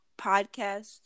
podcast